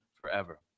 forever